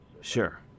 sure